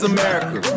America